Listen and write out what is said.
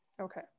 Okay